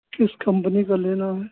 किस कम्पनी का लेना है